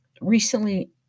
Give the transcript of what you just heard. recently